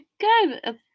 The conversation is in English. good